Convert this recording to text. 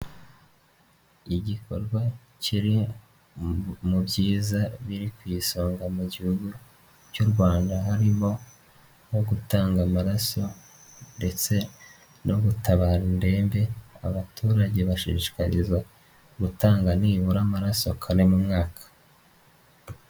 Igikorwa kiri mu byiza biri ku isonga mu gihugu cy'u Rwanda harimo nko gutanga amaraso, ndetse no gutabara indembe, abaturage bashishikariza gutanga nibura amaraso kabiri mu mwaka.